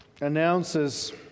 announces